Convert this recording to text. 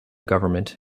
government